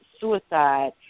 suicide